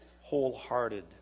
wholehearted